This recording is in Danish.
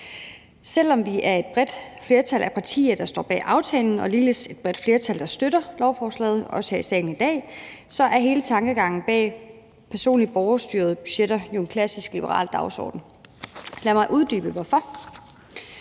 Selv om vi er et bredt flertal af partier, der står bag aftalen, og ligeledes et bredt flertal, der støtter lovforslaget her i salen i dag, er hele tankegangen bag personlige borgerstyrede budgetter jo en klassisk liberal dagsorden. Lad mig uddybe hvorfor.